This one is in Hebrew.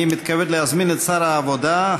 אני מתכבד להזמין את שר העבודה,